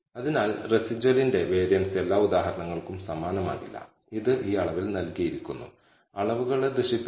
അതിനാൽ dependent variable അളക്കാൻ ഉപയോഗിക്കുന്ന ഉപകരണത്തിന്റെ കൃത്യതയെക്കുറിച്ചുള്ള വിവരങ്ങൾ നിങ്ങളോട് പറയേണ്ടതില്ല നിങ്ങൾക്ക് അത് ഡാറ്റയിൽ നിന്ന് തന്നെ ലഭിക്കും